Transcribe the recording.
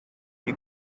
you